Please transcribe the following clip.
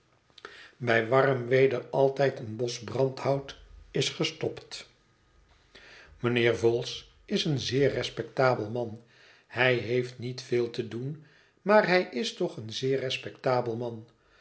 bij warm weder altijd een bos brandhout is gestopt mijnheer vholes is een zeer respectabel man hij heeft niet veel te doen maar hij is toch een zeer respectabel man